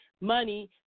money